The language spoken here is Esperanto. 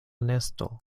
nesto